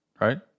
right